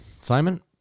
Simon